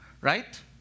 Right